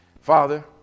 Father